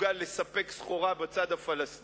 שמסוגל לספק סחורה, בצד הפלסטיני,